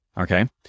Okay